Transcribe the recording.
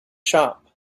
shop